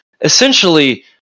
essentially